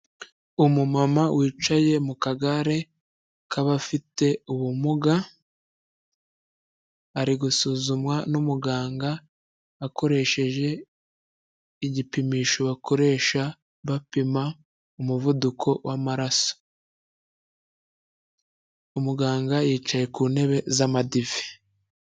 Umama wicaye mu kagare k'abafite ubumuga, ari gusuzumwa n'umuganga akoresheje igipimisho bapima umuvuduko w'amaraso, umuganga yicaye ku intebe z'amadive.